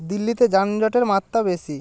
দিল্লিতে যানজটের মাত্রা বেশি